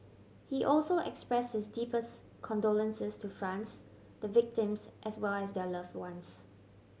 he also express his deepest condolences to France the victims as well as their love ones